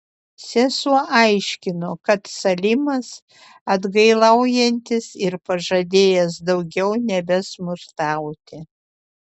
sesuo aiškino kad salimas atgailaujantis ir pažadėjęs daugiau nebesmurtauti